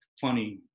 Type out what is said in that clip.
funny